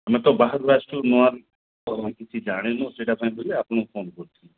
ଆମେ ତ ବାହାରୁ ଆସିଛୁ ନୂଆ କ'ଣ କିଛି ଜାଣିନୁ ସେଇଟା ପାଇଁ ବୋଲି ଆପଣଙ୍କୁ ଫୋନ୍ କରିଥିଲୁ